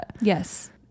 Yes